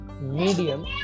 Medium